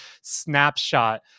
snapshot